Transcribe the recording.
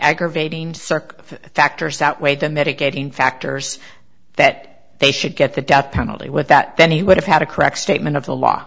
aggravating circuit factors outweigh the medicating factors that they should get the death penalty with that then he would have had a correct statement of the law